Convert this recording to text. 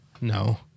No